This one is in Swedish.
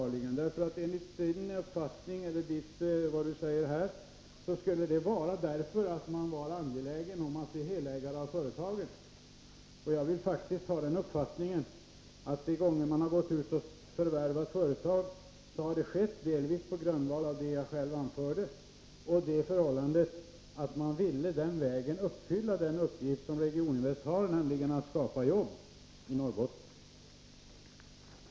Enligt Per-Ola Erikssons uppfattning skulle aptiten sammanhänga med att man var angelägen om att bli ensamägare av företagen. Jag har däremot den uppfattningen att de gånger man har förvärvat företag har detta skett delvis på grundval av det jag anförde och delvis därför att man ville genomföra den uppgift som Regioninvest har, nämligen att skapa jobb i Norrbotten.